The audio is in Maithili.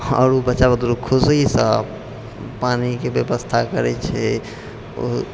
आओर ओ बच्चा बुदरुके खुशीसँ पानिके व्यवस्था करै छै ओ